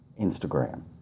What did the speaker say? Instagram